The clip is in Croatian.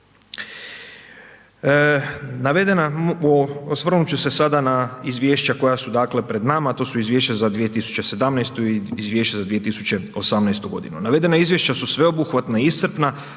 Navedena, osvrnut ću se sada na Izvješća koja su dakle pred nama, to su Izvješća za 2017.-tu i 2018.-u godinu. Navedena Izvješća su sveobuhvatna i iscrpna,